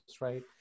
right